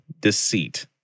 deceit